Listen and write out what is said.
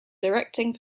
directing